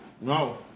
No